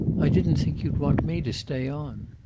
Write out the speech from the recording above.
i didn't think you'd want me to stay on.